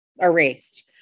erased